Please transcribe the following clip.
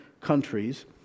countries